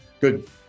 good